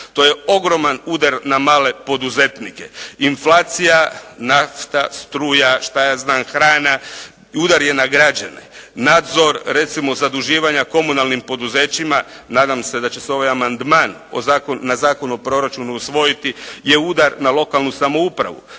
To je ogroman udar na male poduzetnike. Inflacija, nafta, struja, hrana, udar je na građane. Nadzor recimo zaduživanja komunalnim poduzećima, nadam se da će se ovaj amandman na Zakon o proračunu usvojiti je udar na lokalnu samoupravu.